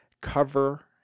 cover